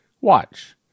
Watch